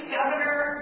Governor